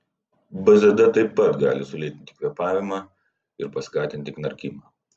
bzd taip pat gali sulėtinti kvėpavimą ir paskatinti knarkimą